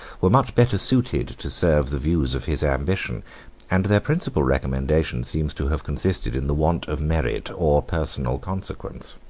were much better suited to serve the views of his ambition and their principal recommendation seems to have consisted in the want of merit or personal consequence.